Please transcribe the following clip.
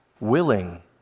willing